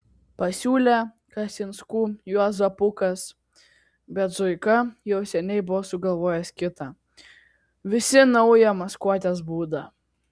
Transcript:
pasiūlė kasinskų juozapukas bet zuika jau seniai buvo sugalvojęs kitą visi naują maskuotės būdą